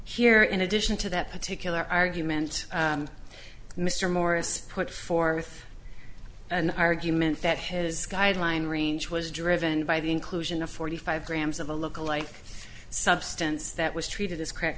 here in addition to that particular argument mr morris put forth an argument that his guideline range was driven by the inclusion of forty five grams of a lookalike substance that was treated as crack